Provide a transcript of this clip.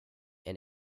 and